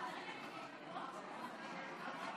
להלן תוצאות ההצבעה: